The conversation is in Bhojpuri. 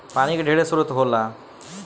पानी के ढेरे स्रोत होला